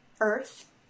Earth